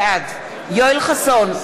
בעד יואל חסון,